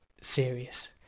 serious